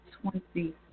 twenty